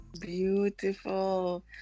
Beautiful